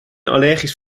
allergisch